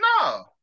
No